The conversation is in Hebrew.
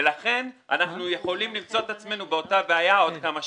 ולכן אנחנו יכולים למצוא את עצמנו באותה הבעיה עוד כמה שנים.